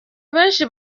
akenshi